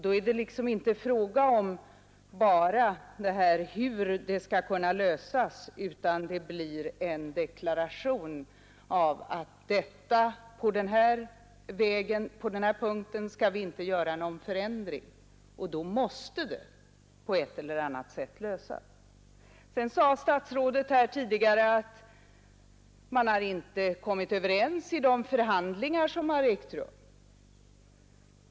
Då är det inte bara fråga om hur problemet skall kunna lösas, utan då blir det en deklaration att man på denna punkt inte skall göra någon förändring, och då måste frågan lösas på ett eller annat sätt. Statsrådet sade här tidigare att man inte har kommit överens vid de förhandlingar som har ägt rum.